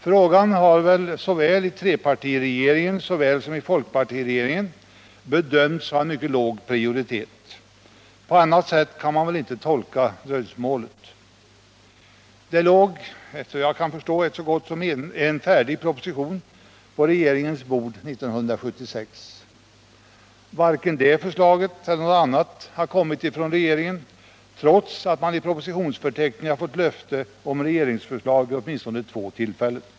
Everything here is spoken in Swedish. Frågan har väl såväl i trepartiregeringen som i folkpartiregeringen bedömts ha mycket låg prioritet. På annat sätt kan man väl inte tolka dröjsmålet. Det låg — efter vad jag kan förstå — en så gott som färdig proposition på regeringens bord 1976. Varken det förslaget eller något annat har kommit från regeringen trots att det i propositionsförteckningar getts löfte om regeringsförslag vid åtminstone två tillfällen.